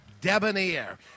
Debonair